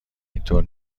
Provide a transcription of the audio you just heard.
اینطور